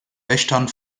wächtern